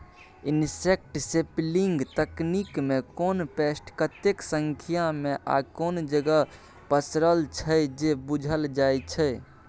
insect sampling तकनीकमे कोन pest कतेक संख्यामे आ कुन जगह पसरल छै से बुझल जाइ छै